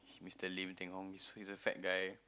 Mr Lim-Teng-Hong who is who is a fat guy